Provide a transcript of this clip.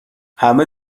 همه